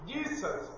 Jesus